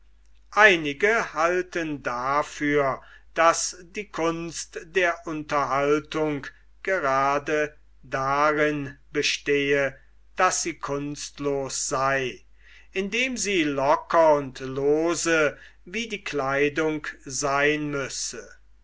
einige halten dafür daß die kunst der unterhaltung grade darin bestehe daß sie kunstlos sei indem sie locker und lose wie die kleidung seyn müsse